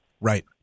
right